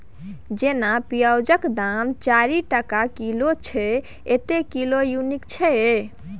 जेना पिओजक दाम चारि टका किलो छै एतय किलो युनिट छै